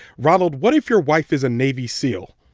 ronald, what if your wife is a navy seal?